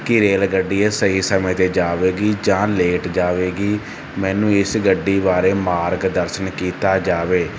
ਕੀ rail ਗੱਡੀ ਇਹ ਸਹੀ ਸਮੇਂ 'ਤੇ ਜਾਵੇਗੀ ਜਾਂ ਲੇਟ ਜਾਵੇਗੀ ਮੈਨੂੰ ਇਸ ਗੱਡੀ ਬਾਰੇ ਮਾਰਗ ਦਰਸ਼ਨ ਕੀਤਾ ਜਾਵੇ